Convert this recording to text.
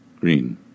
Green